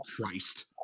Christ